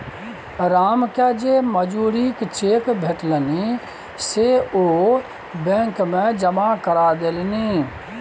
रामकेँ जे मजूरीक चेक भेटलनि से ओ बैंक मे जमा करा देलनि